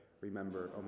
Remember